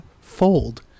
fold